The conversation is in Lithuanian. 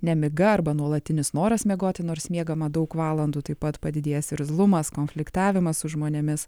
nemiga arba nuolatinis noras miegoti nors miegama daug valandų taip pat padidėjęs irzlumas konfliktavimas su žmonėmis